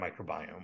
microbiome